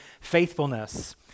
faithfulness